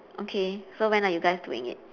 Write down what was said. okay so when are you guys doing it